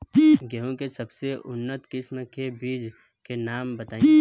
गेहूं के सबसे उन्नत किस्म के बिज के नाम बताई?